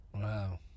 Wow